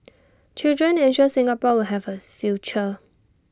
children ensure Singapore will have A future